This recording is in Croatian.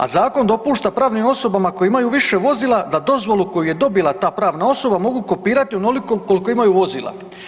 A zakon dopušta pravnim osobama koji imaju više vozila da dozvolu koju je dobila ta pravna osoba mogu kopirati onoliko koliko imaju vozila.